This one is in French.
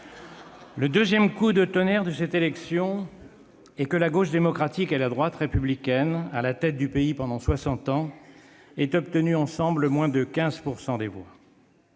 Le second coup de tonnerre de cette élection, c'est que la gauche démocratique et la droite républicaine, à la tête du pays pendant soixante ans, aient obtenu ensemble moins de 15 % des voix.